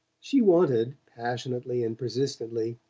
she wanted, passionately and persistently,